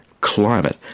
climate